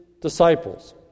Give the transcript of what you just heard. disciples